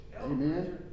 Amen